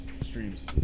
Streams